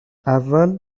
اول